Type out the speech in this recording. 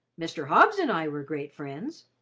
mr. hobbs and i were great friends.